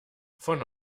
von